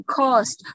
cost